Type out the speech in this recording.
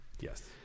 Yes